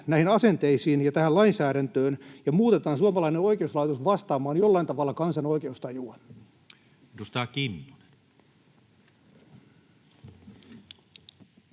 näihin asenteisiin ja tähän lainsäädäntöön puututaan ja muutetaan suomalainen oikeuslaitos vastaamaan jollain tavalla kansan oikeustajua. Edustaja Kinnunen.